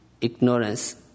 ignorance